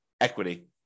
equity